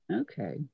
Okay